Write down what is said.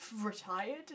retired